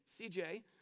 CJ